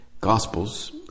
Gospels